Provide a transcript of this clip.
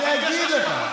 אני אסביר לך דבר אחד.